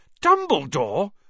Dumbledore